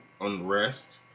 unrest